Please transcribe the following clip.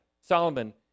Solomon